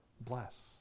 bless